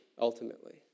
ultimately